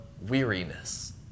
weariness